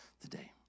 today